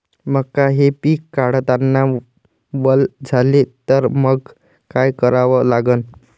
मका हे पिक काढतांना वल झाले तर मंग काय करावं लागन?